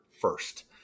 first